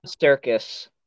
circus